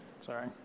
Sorry